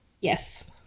Yes